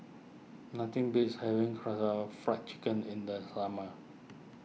nothing beats having Karaage Fried Chicken in the summer